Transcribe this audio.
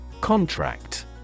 Contract